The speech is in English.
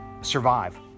survive